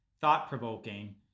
thought-provoking